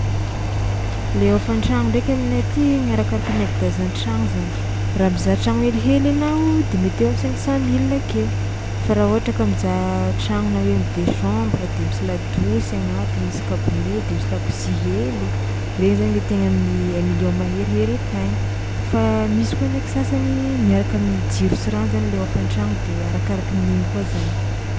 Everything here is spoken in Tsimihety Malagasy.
Le hôfan-tragno ndraiky aminay aty iny arakaraka ny agedazan'ny tragno zany, raha mizaha tragno helihely anao de mety eo am'cinq cent milles akeo, fa raha ohatra ka mizaha tragno na hoe am'deux chambres de misy ladosy agnatiny, misy gabone de misy lakozia hely regny zany mety any amin'ny un million maherihery akagny fa misy koa ndraiky sasany miaraka amin'ny jiro sy rano zany le hôfan-tragno de arakarakin'igny koa zany.